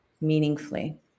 meaningfully